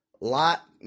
lot